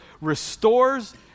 restores